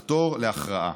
לחתור להכרעה.